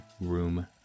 room